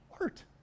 Art